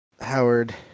Howard